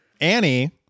Annie